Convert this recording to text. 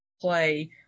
play